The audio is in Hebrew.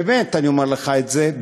באמת אני אומר לך את זה,